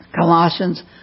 Colossians